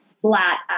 flat